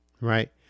Right